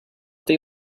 they